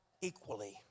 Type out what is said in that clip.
equally